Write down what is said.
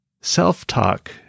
Self-talk